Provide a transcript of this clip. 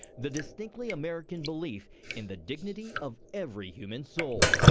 the distinctly american belief in the dignity of every human soul.